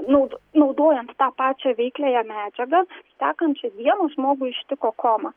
naud naudojant tą pačią veikliąją medžiagą sekančią dieną žmogų ištiko koma